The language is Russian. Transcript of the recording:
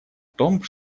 том